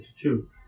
two